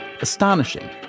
astonishing